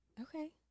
Okay